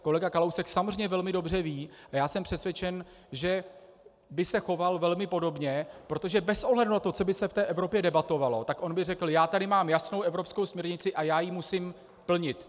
Kolega Kalousek samozřejmě velmi dobře ví a já jsem přesvědčen, že by se choval velmi podobně, protože bez ohledu na to, co by se v té Evropě debatovalo, tak on by řekl: Já tady mám jasnou evropskou směrnici a já ji musím plnit.